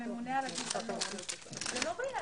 11:50.